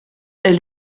est